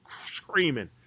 screaming